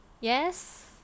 Yes